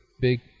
big